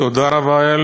תודה רבה.